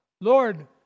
Lord